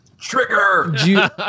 Trigger